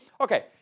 okay